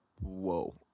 Whoa